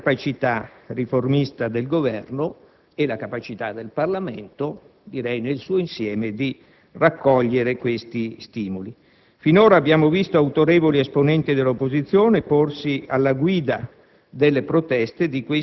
per poter misurare la capacità riformista del Governo e la capacità del Parlamento, direi nel suo insieme, di raccogliere questi stimoli. Finora abbiamo visto autorevoli esponenti dell'opposizione porsi alla guida